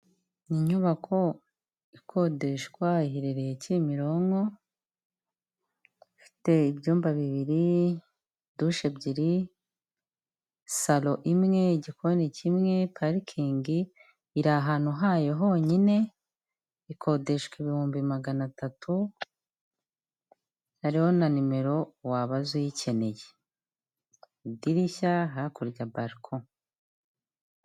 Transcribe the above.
Ni inyubako ikodeshwa aherereye Kimironko, ifite ibyumba bibiri, dushe ebyiri, saro imwe, igikoni kimwe, parikingi iri ahantu hayo honyine, ikodeshwa ibihumbi magana atatu, hariho na nimero wababaza uyikeneye, idirishya, hakurya bariko.